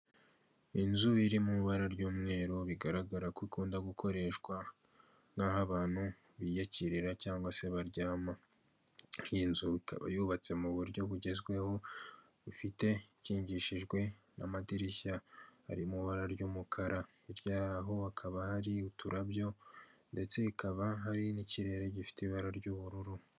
Inzu iri mu ibara ry'umweru bigaragara ko ikunda gukoreshwa nk'aho abantu biyakirira cyangwa se baryama, iyi nzu ikaba yubatse mu buryo bugezweho bufite ikingishijwe n'amadirishya ari mu ibara ry'umukara hirya yaho hakaba hari uturabyo ndetse hakaba hari n'ikirere gifite ibara ry'ubururu.